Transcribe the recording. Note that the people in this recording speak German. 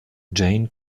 jane